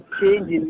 change